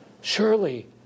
Surely